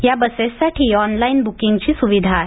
या बसेससाठी ऑनलाईन बुर्किंगची सुविधा आहे